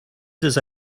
does